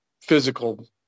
physical